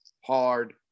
hard